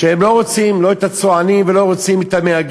שהם לא רוצים לא את הצוענים ולא את המהגרים,